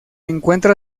encuentra